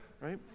right